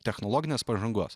technologinės pažangos